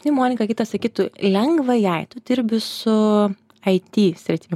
nei monika kitą sykį tu lengva jai tu dirbi su ai ti srity